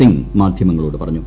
സിംഗ് മാധ്യമങ്ങളോട് പറഞ്ഞു